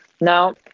Now